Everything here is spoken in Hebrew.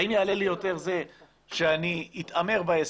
האם יעלה לי יותר זה שאני אתעמר בעסק,